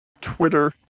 Twitter